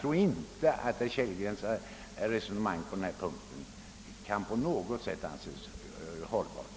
Herr Kellgrens resonemang på denna punkt kan inte på något sätt anses hållbart.